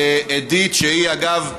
אדית, שהיא, אגב,